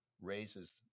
raises